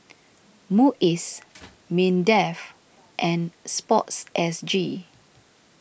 Muis Mindef and Sportsg